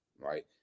right